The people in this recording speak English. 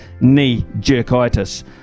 knee-jerkitis